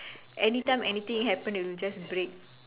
anytime anything happen it'll just break